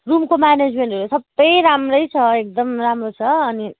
रुमको म्यानेजमेन्टहरू सबै राम्रै छ एकदम राम्रो छ अनि